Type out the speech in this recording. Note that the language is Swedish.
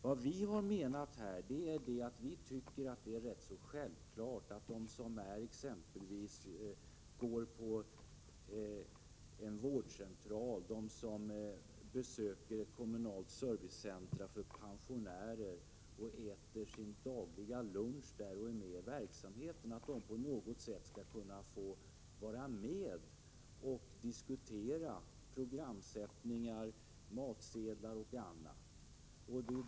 Vi tycker att det är rätt så självklart att de som exempelvis går på en vårdcentral, besöker ett kommunalt servicecentrum för pensionärer och äter sina dagliga luncher där på något sätt skall kunna få vara med och diskutera programsättningar, matsedlar osv.